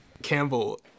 Campbell